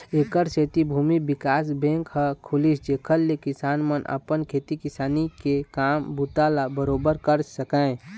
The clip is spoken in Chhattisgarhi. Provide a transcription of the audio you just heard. ऐखर सेती भूमि बिकास बेंक ह खुलिस जेखर ले किसान मन अपन खेती किसानी के काम बूता ल बरोबर कर सकय